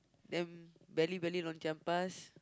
then belly belly lom-chiam-pas